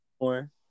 more